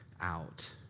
out